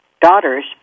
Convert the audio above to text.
daughter's